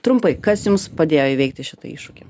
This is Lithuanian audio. trumpai kas jums padėjo įveikti šitą iššūkį